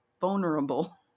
Vulnerable